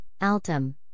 Altum